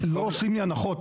לא עושים לי הנחות,